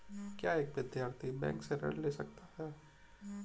क्या एक विद्यार्थी बैंक से ऋण ले सकता है?